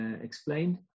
explained